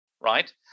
right